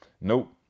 nope